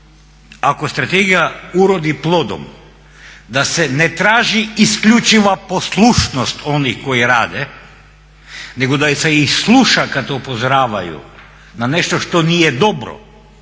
ako strategija urodi plodom da se ne traži isključiva poslušnost onih koji rade nego kada ih se i sluša kada upozoravaju na nešto što nije dobro